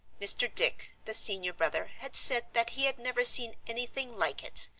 mr. dick, the senior brother, had said that he had never seen anything like it,